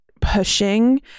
pushing